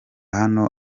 hano